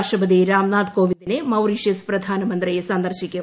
രാഷ്ട്രപതി രാംനാഥ് കോവിന്ദിനെ മൌറീഷ്യസ് പ്രധാനുമന്ത്രീട്സന്ദർശിക്കും